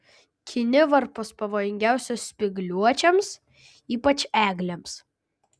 kinivarpos pavojingiausios spygliuočiams ypač eglėms